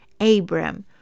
Abram